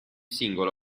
singolo